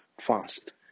fast